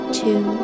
two